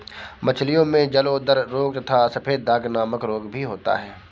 मछलियों में जलोदर रोग तथा सफेद दाग नामक रोग भी होता है